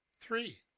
three